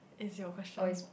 is your question